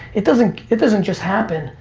it doesn't it doesn't just happen,